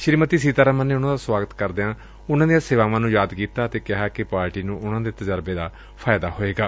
ਸ੍ਰੀਮਤੀ ਸੀਤਾਰਮਨ ਨੇ ਉਨੂਾਂ ਦਾ ਸੁਆਗਤ ਕਰਦਿਆਂ ਉਨੂਾਂ ਦੀਆਂ ਸੇਵਾਵਾਂ ਨੂੰ ਯਾਦ ਕੀਤਾ ਅਤੇ ਕਿਹਾ ਕਿ ਪਾਰਟੀ ਨੂੰ ਉਨੁਾਂ ਦੇ ਤਜ਼ਰਬੇ ਨਾਲ ਫਾਇਦਾ ਹੋਵੇਗਾ